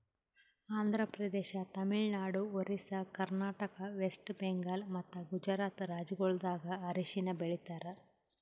Andhra Pradesh, Tamil Nadu, Orissa, Karnataka, West Bengal ಮತ್ತ ಗುಜರಾತ್ ರಾಜ್ಯಗೊಳ್ದಾಗ್ ಅರಿಶಿನ ಬೆಳಿತಾರ್